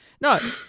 no